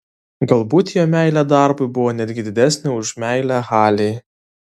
galbūt jo meilė darbui buvo netgi didesnė už meilę halei